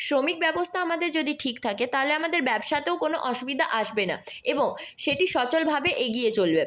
শ্রমিক ব্যবস্থা আমাদের যদি ঠিক থাকে তাহলে আমাদের ব্যবসাতেও কোনো অসুবিধা আসবে না এবং সেটি সচলভাবে এগিয়ে চলবে